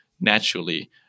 naturally